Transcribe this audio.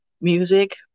music